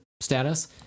status